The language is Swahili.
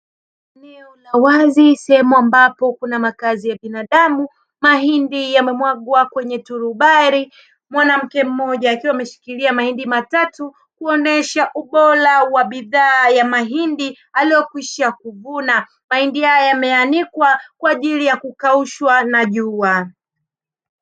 Eneo la wazi, sehemu ambapo kuna makazi ya binadamu; mahindi yamemwagwa kwenye turubai. Mwanamke mmoja akiwa ameshikilia mahindi matatu, kuonyesha ubora wa bidhaa ya mahindi aliyokwisha kuvuna. Mahindi haya yameanikwa kwa ajili ya kukaushwa na jua.